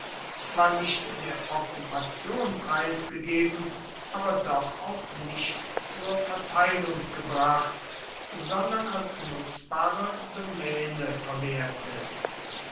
zwar nicht der okkupation preisgegeben aber doch auch nicht zur verteilung gebracht sondern als nutzbare domäne verwertet